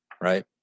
right